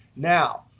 now,